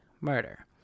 Murder